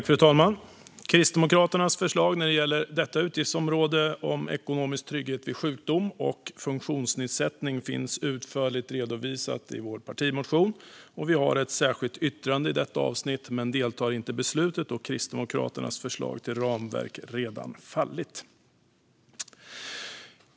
Fru talman! Kristdemokraternas förslag när det gäller detta utgiftsområde, Ekonomisk trygghet vid sjukdom och funktionsnedsättning, finns utförligt redovisade i vår partimotion. Vi har även ett särskilt yttrande i detta avsnitt men deltar inte i beslutet, då Kristdemokraternas förslag till ramverk redan har fallit.